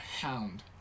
hound